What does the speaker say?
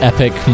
Epic